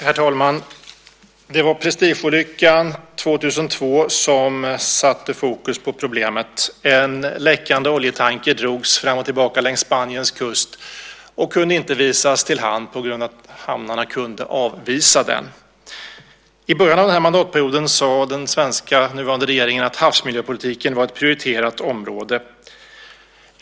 Herr talman! Det var Prestigeolyckan 2002 som satte fokus på problemet. En läckande oljetanker drogs fram och tillbaka längs Spaniens kust och kunde inte visas till hamn på grund av att hamnarna kunde avvisa den. I början av den här mandatperioden sade den nuvarande svenska regeringen att havsmiljöpolitiken var ett prioriterat område.